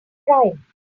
crime